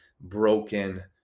broken